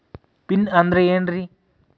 Pin ಅಂದ್ರೆ ಏನ್ರಿ?